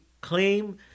claim